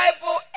Bible